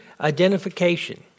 identification